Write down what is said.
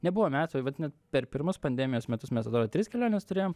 nebuvo metų vat net per pirmus pandemijos metus mes atrodo tris keliones turėjom